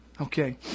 Okay